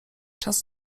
czas